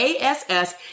ASS